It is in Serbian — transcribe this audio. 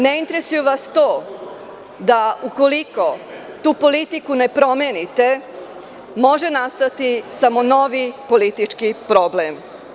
Ne interesuje vas to da ukoliko tu politiku ne promenite može nastati samo novi politički problem.